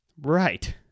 Right